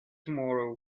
tomorrow